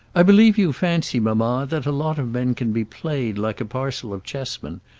i believe you fancy, mamma, that a lot of men can be played like a parcel of chessmen,